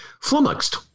flummoxed